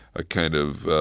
a kind of